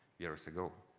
years ago.